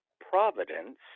providence